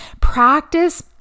practice